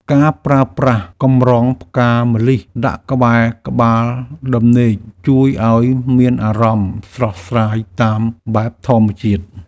ការប្រើប្រាស់កំរងផ្កាម្លិះដាក់ក្បែរក្បាលដំណេក ជួយឱ្យមានអារម្មណ៍ស្រស់ស្រាយតាមបែបធម្មជាតិ។